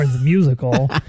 musical